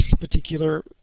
particular